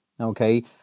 okay